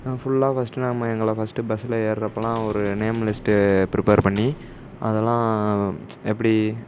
ஃபுல்லாக ஃபஸ்ட்டு நாம்ம எங்களை ஃபஸ்ட்டு பஸ்ஸில் ஏறுறப்பலாம் ஒரு நேம் லிஸ்ட்டு பிரிப்பேர் பண்ணி அதெல்லாம் எப்படி